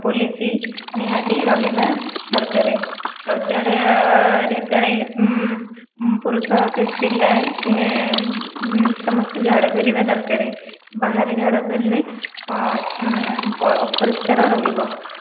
police ନିହାତି ରହିବା ଦରକାର ଶୌଚାଳୟରେ କାଳେ ପୁରୁଷ କି ପିଲା କି ସମସ୍ତେ ଝାଡ଼ା ଫେରିବା ଦରକାର ବାହାରେ ଝାଡା ଫେରିଲେ ଅପରିଷ୍କାର ରହିବ